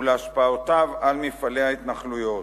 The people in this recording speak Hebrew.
ולהשפעותיו על מפעלי ההתנחלויות.